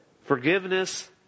Forgiveness